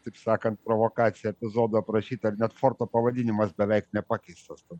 taip sakant provokacija epizodo aprašyta ir net forto pavadinimas beveik nepakeistas